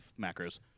macros